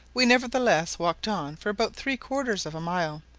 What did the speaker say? we nevertheless walked on for about three quarters of a mile.